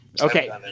Okay